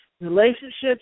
Relationships